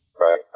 Right